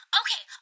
okay